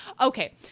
Okay